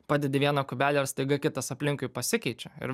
padedi vieną kubelį ir staiga kitas aplinkui pasikeičia ir